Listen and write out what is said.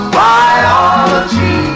biology